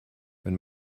wenn